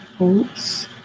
Oops